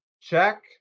check